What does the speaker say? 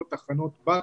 או תחנות בת,